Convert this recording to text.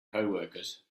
coworkers